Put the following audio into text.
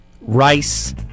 Rice